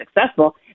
successful